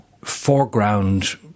foreground